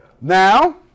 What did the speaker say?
Now